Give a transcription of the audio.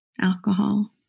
alcohol